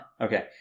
Okay